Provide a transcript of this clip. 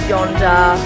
Yonder